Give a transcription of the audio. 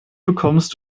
bekommst